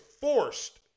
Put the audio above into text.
forced